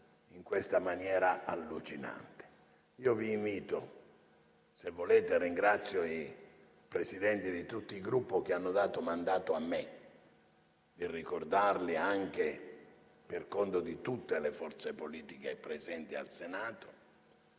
Grazie a tutti.